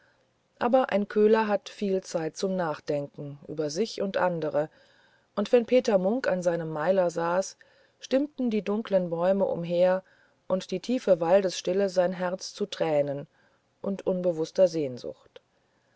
aber ein köhler hat viel zeit zum nachdenken über sich und andere und wenn peter munk an seinem meiler saß stimmten die dunkeln bäume umher und die tiefe waldesstille sein herz zu tränen und unbewußter sehnsucht